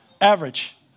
Average